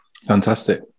fantastic